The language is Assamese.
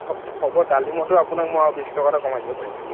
হ হ'ব ডালিমতো আপোনাক মই আৰু বিশ টকা এটা কমাই দিব পাৰিম